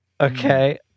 Okay